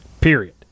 Period